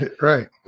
Right